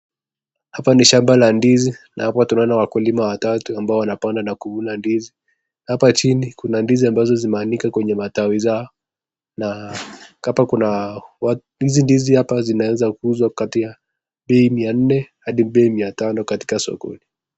Hapa ni shamba la ndizi na hapa tunaona wakulima watatu ambayo wanapanda na kuvuna ndizi, hapa chini kuna ndizi ambayo zimeanikwa kwenye matawi zao, hapa zinaweza kuuzwa na bei mia nne hadi mia tano katika sokoni.